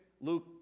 Luke